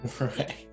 Right